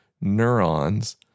neurons